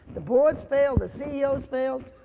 the board's failed, the ceo's failed.